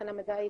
מבחינה מדעית,